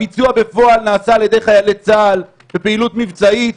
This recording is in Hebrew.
הביצוע בפועל נעשה על ידי חיילי צה"ל בפעילות מבצעית.